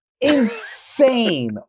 Insane